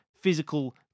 physical